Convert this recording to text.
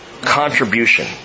contribution